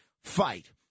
fight